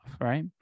right